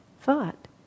thought